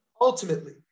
Ultimately